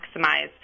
maximize